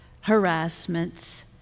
harassments